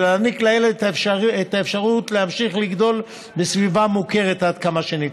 ולהעניק לילד את האפשרות להמשיך לגדול בסביבה מוכרת עד כמה שניתן.